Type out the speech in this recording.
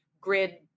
grid